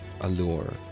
allure